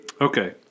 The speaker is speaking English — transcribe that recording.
Okay